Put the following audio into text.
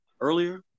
earlier